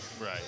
Right